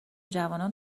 جوانان